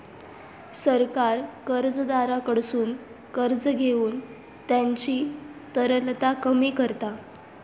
सरकार कर्जदाराकडसून कर्ज घेऊन त्यांची तरलता कमी करता